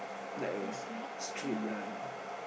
like uh street um